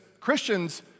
Christians